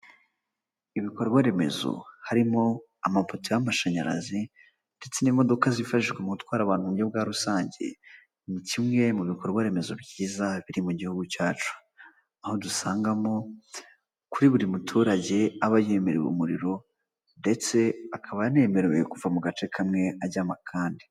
Ibikorwa remezo harimo amapoto y'amashanyarazi ndetse n'imodoka zifashishwa mu gutwara abantu mu buryo bwa rusange ni kimwe mu bikorwa remezo byiza biri mu gihugu cyacu aho dusangamo kuri buri muturage aba yemerewe umuriro ndetse akaba anemerewe kuva mu gace kamwe ajya mu kandi.